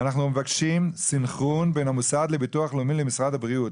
אנחנו מבקשים סנכרון בין המוסד לביטוח לאומי למשרד הבריאות.